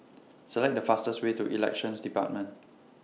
Select The fastest Way to Elections department